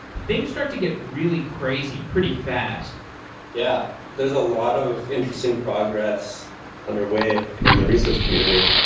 things start to get really crazy pretty fast yeah there's a lot of interesting progress under way in the research community.